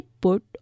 put